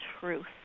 truth